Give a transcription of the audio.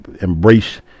embrace